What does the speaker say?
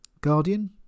Guardian